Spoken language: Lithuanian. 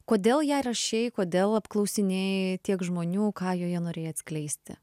kodėl ją rašei kodėl apklausinėjai tiek žmonių ką joje norėjai atskleisti